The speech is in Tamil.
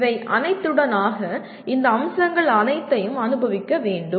இவை அனைத்தினூடாக இந்த அம்சங்கள் அனைத்தையும் அனுபவிக்க வேண்டும்